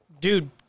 Dude